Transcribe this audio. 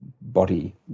body